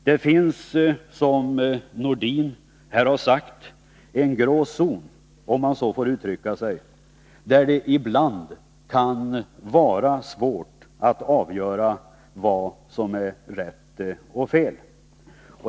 Det finns, som Sven-Erik Nordin här har sagt, en ”grå zon”, om man så får uttrycka sig, där det ibland kan vara svårt att avgöra vad som är rätt eller fel.